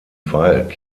wald